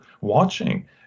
watching